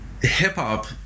hip-hop